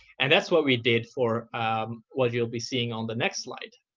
and that's what we did for what you'll be seeing on the next slide.